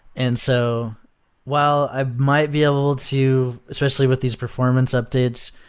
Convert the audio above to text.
and so while i might be a little too especially with these performance updates,